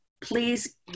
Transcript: Please